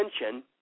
attention